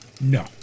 No